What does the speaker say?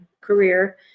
career